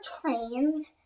trains